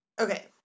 Okay